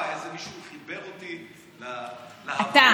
אני למדתי כלכלה, אז מישהו חיבר אותי להבנה, אתה.